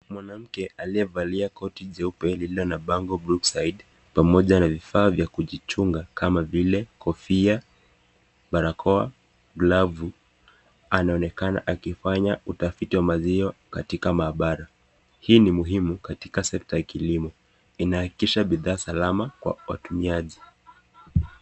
Mwanamke amesimama karibu na mti mrefu. Amebeba mtoto mdogo ambaye analia. Mtoto amevaa koti la rangi ya kijani na suruali nyeupe. Mwanamke amevaa nguo nyeusi na anaonekana amechoka. Watu wengine wamesimama nyuma yao wakitazama. Gari dogo la rangi nyekundu limeegeshwa mbele ya mti.